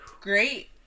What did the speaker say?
great